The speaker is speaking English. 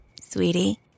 Sweetie